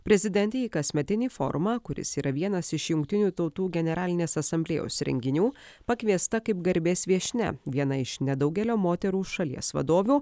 prezidentė į kasmetinį forumą kuris yra vienas iš jungtinių tautų generalinės asamblėjos renginių pakviesta kaip garbės viešnia viena iš nedaugelio moterų šalies vadovių